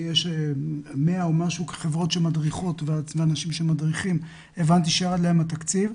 יש כמאה חברות שמדריכות והבנתי שירד להם התקציב.